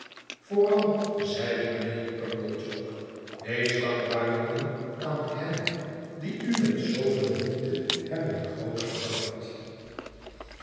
vooral zeide mijnheer pumblechook wees dankbaar jongen aan hen die u met zooveel moeite hebben